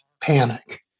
panic